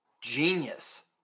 genius